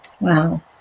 Wow